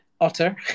otter